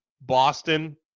Boston